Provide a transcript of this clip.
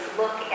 look